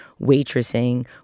waitressing